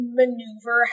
maneuver